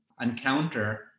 encounter